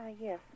Yes